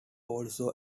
also